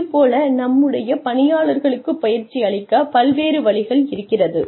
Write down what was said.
இது போல நம்முடைய பணியாளர்களுக்கு பயிற்சி அளிக்க பல்வேறு வழிகள் இருக்கிறது